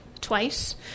twice